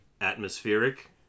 atmospheric